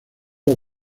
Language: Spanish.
los